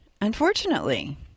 unfortunately